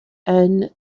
and